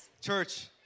Church